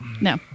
No